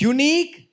Unique